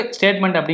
statement